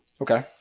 Okay